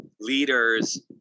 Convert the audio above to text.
leaders